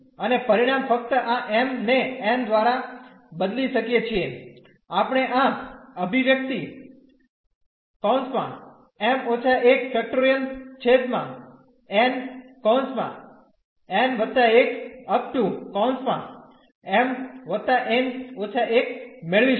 અને પરિણામ ફક્ત આ m ને n દ્વારા બદલી શકીએ છીએ આપણે આ અભિવ્યક્તિ મેળવીશું